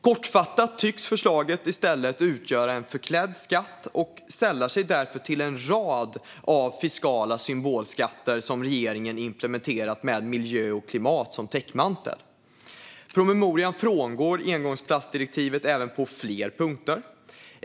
Kortfattat tycks förslaget i stället utgöra en förklädd skatt och sällar sig därför till en rad av fiskala symbolskatter som regeringen implementerat med miljö och klimat som täckmantel. Promemorian frångår engångsplastdirektivet på fler punkter.